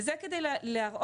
וזה כדי להראות,